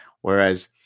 Whereas